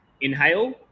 inhale